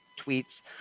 tweets